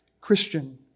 Christian